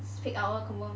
peak hour confirm